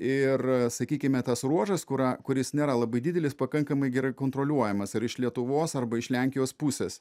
ir sakykime tas ruožas kurą kuris nėra labai didelis pakankamai gerai kontroliuojamas ar iš lietuvos arba iš lenkijos pusės